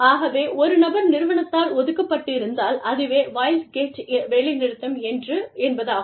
ஆகவே ஒரு நபர் நிறுவனத்தால் ஒதுக்கப்பட்டிருந்தால் அதுவே வைல்ட் கேட் வேலைநிறுத்தம் என்பதாகும்